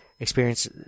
Experience